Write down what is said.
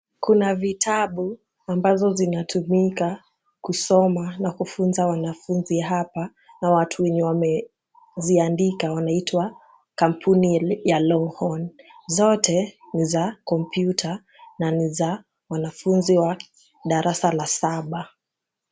Kuna vitabu ambazo zinatumika kusoma na kufunza wanafunzi hapa na watu wenye wameziandikwa wanaitwa kampuni ya Longhorn. Zote ni za komputa na ni za wanafunzi wa darasa la saba.